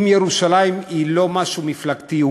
אם ירושלים היא לא משהו מפלגתי,